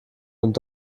und